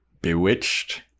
Bewitched